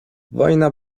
wojna